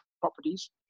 properties